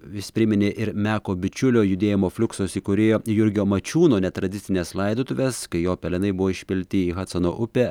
vis priminė ir meko bičiulio judėjimo fliuksus įkūrėjo jurgio mačiūno netradicines laidotuves kai jo pelenai buvo išpilti į hadsono upę